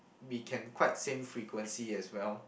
we can quite same frequency as well